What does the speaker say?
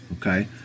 okay